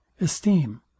esteem